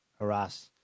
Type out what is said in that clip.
harass